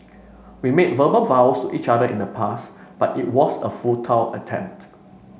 we made verbal vows each other in the past but it was a futile attempt